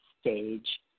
stage